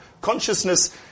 Consciousness